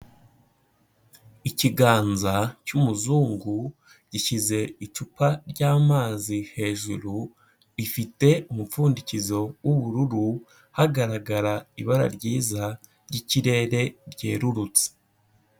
Ikiganza cy'umuzungu gishyize icupa ryamazi hejuru, rifite umupfundikizo w'ubururu hagaragara ibara ryiza ryikirere ryerurutse.